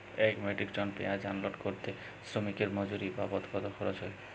এক metric ton পেঁয়াজ unload করতে শ্রমিকের মজুরি বাবদ কত খরচ হয়?